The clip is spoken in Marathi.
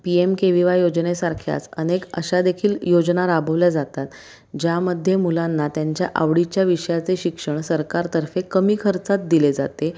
P M K V Y योजनेसारख्याच अनेक अशा देखील योजना राबवल्या जातात ज्यामध्ये मुलांना त्यांच्या आवडीच्या विषयाचे शिक्षण सरकारतर्फे कमी खर्चात दिले जाते